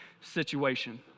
situation